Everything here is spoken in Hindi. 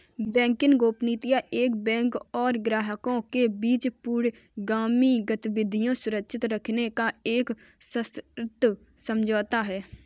बैंकिंग गोपनीयता एक बैंक और ग्राहकों के बीच पूर्वगामी गतिविधियां सुरक्षित रखने का एक सशर्त समझौता है